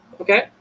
Okay